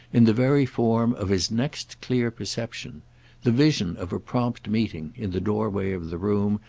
in the very form of his next clear perception the vision of a prompt meeting, in the doorway of the room,